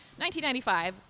1995